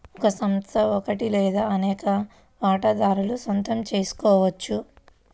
ఒక సంస్థ ఒకటి లేదా అనేక వాటాదారుల సొంతం చేసుకోవచ్చు